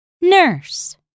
nurse